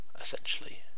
essentially